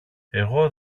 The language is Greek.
εγώ